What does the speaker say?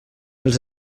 els